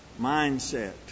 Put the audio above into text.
mindset